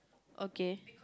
okay